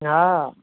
हा